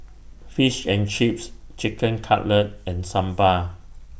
Fish and Chips Chicken Cutlet and Sambar